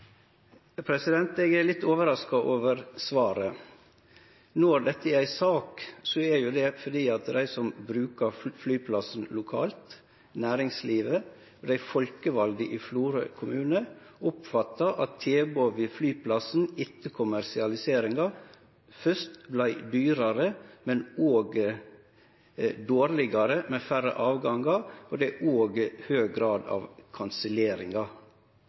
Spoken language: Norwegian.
Eg er litt overraska over svaret. Når dette er ei sak, er jo det fordi dei som brukar flyplassen lokalt, næringslivet og dei folkevalde i Florø kommune oppfatta at tilbodet ved flyplassen etter kommersialiseringa først vart dyrare, men òg dårlegare, med færre avgangar, og det er òg høg grad av